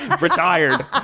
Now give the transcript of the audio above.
Retired